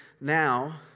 Now